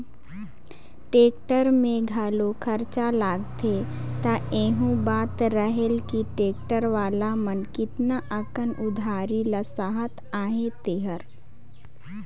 tractor में घलो खरचा लागथे त एहू बात रहेल कि टेक्टर वाला मन केतना अकन उधारी ल सहत अहें तेहर